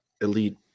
elite